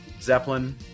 zeppelin